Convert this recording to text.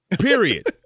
Period